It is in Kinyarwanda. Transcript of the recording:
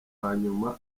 wanyuma